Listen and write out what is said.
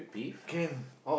can